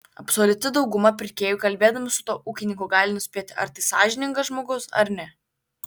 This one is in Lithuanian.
absoliuti dauguma pirkėjų kalbėdami su tuo ūkininku gali nuspėti ar tai sąžiningas žmogus ar ne